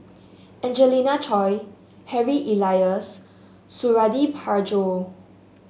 Angelina Choy Harry Elias Suradi Parjo